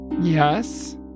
Yes